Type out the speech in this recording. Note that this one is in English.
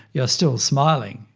you're still smiling.